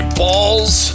balls